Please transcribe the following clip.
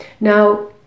Now